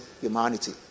humanity